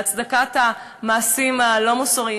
הצגת המעשים הלא-מוסריים,